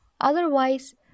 Otherwise